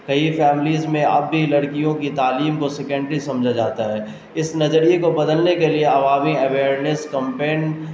کئی فیملیز میں اب بھی لڑکیوں کی تعلیم کو سیکنڈری سمجھا جاتا ہے اس نظریے کو بدلنے کے لیے عوامی اویرنیس کمپین